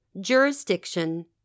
Jurisdiction